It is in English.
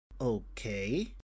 Okay